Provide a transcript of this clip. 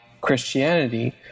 Christianity